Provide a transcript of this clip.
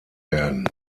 werden